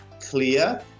clear